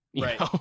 right